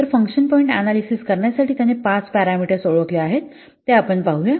तर function point analysis करण्यासाठी त्याने पाच पॅरामीटर्स ओळखले आहेत ते आपण पाहूया